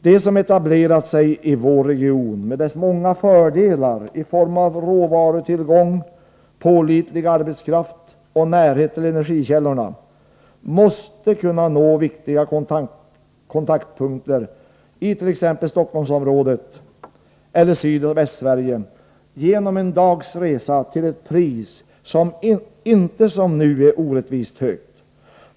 De som etablerat sig i vår region med dess många fördelar i form av råvarutillgång, pålitlig arbetskraft och närhet till energikällorna, måste kunna nå viktiga kontaktpunkter it.ex. Stockholmsområdet eller Sydoch Västsverige genom en dags resa till ett pris som inte som nu är orättvist högt.